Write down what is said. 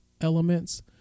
elements